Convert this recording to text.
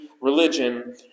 religion